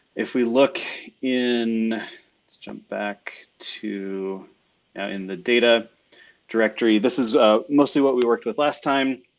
if we look in let's jump back to in the data directory, this is mostly what we worked with last time.